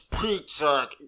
pizza